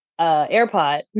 AirPod